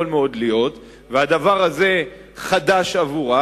והדבר הזה חדש עבורה,